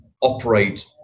operate